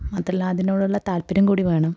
അതെല്ല അതിനോടുള്ള താല്പര്യം കൂടിവേണം